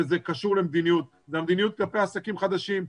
שקשור למדיניות זו המדיניות כלפי עסקים חדשים.